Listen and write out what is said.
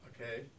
Okay